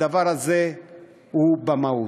הדבר הזה הוא במהות.